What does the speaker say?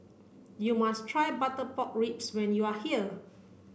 you must try butter pork ribs when you are here